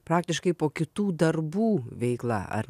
praktiškai po kitų darbų veikla ar